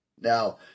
Now